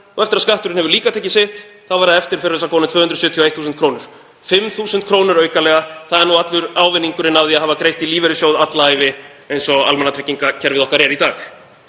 og eftir að skatturinn hefur líka tekið sitt verða eftir fyrir þessa konu 271.000 kr., 5.000 kr. aukalega. Það er nú allur ávinningurinn af því að hafa greitt í lífeyrissjóð alla ævi eins og almannatryggingakerfið okkar er í dag.